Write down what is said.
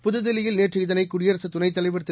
புதுதில்லியில் நேற்று இதனை குடியரசு துணைத் தலைவர் திரு